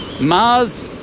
Mars